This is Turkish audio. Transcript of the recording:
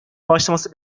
başlaması